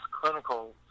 clinical